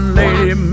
lady